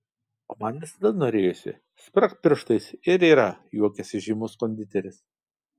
o man visada norėjosi spragt pirštais ir yra juokiasi žymus konditeris